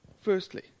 Firstly